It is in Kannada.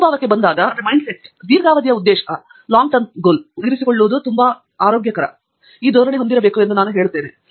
ಮನೋಭಾವಕ್ಕೆ ಬಂದಾಗ ದೀರ್ಘಾವಧಿಯ ಉದ್ದೇಶವನ್ನು ಇರಿಸಿಕೊಳ್ಳುವಲ್ಲಿ ನಾವು ತುಂಬಾ ಆರೋಗ್ಯಕರ ಧೋರಣೆಯನ್ನು ಹೊಂದಿರಬೇಕು ಎಂದು ನಾನು ಹೇಳಲು ಬಯಸುತ್ತೇನೆ